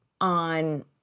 on